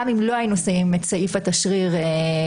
גם אם לא היינו שמים את סעיף התשריר בתיקון,